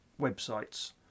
websites